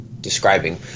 describing